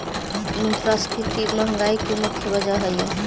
मुद्रास्फीति महंगाई की मुख्य वजह हई